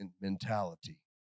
mentality